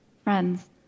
Friends